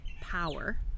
power